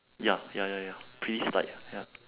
ya ya ya ya pretty s~ like ya